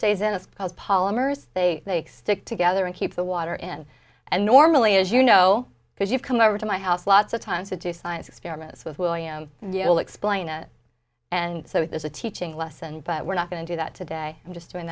stays in its polymers they stick together and keep the water in and normally as you know because you've come over to my house lots of times to do science experiments with william will explain it and so there's a teaching lesson but we're not going to do that today i'm just doing